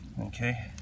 okay